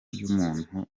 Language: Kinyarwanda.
ry’umuntu